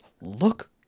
look